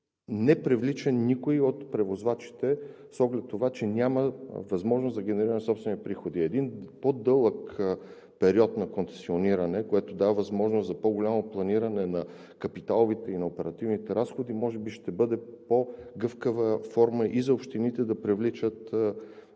не привлича никой от превозвачите с оглед това, че няма възможност за генериране на собствени приходи. Един по дълъг период на концесиониране, което дава възможност за по голямо планиране на капиталовите и на оперативните разходи може би ще бъде по-гъвкава форма и за общините да привличат